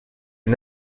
les